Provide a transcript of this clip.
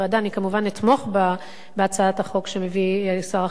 אני כמובן אתמוך בהצעת החוק שמביא שר החינוך,